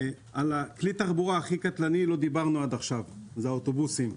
על כלי התחבורה הכי קטלני לא דיברנו עד עכשיו האוטובוסים.